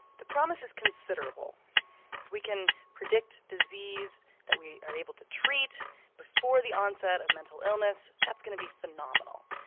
the promise is considerable. if we can predict disease that we are able to treat before the onset of mental illness, that's going to be phenomenal.